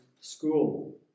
school